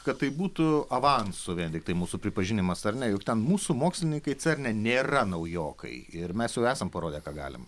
kad tai būtų avansu vien tiktai mūsų pripažinimas ar ne juk ten mūsų mokslininkai cerne nėra naujokai ir mes jau esam parodę ką galim